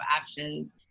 options